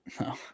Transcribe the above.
no